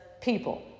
people